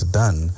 done